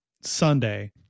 Sunday